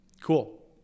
cool